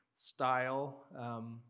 style